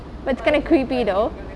but it's kind of creepy though